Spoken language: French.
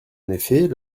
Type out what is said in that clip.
effet